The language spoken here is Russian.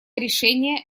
решение